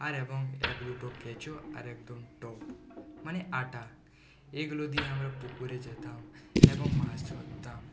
আর এবং এক দুটো কেঁচো আর একদম টোপ মানে আটা এইগুলো নিয়ে আমরা পুকুরে যেতাম এবং মাছ ধরতাম